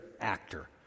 actor